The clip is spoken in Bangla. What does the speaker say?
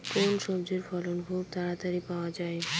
কোন সবজির ফলন খুব তাড়াতাড়ি পাওয়া যায়?